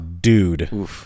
dude